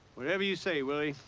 whatever you say, willie.